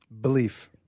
Belief